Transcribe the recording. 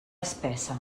espessa